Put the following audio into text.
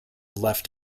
left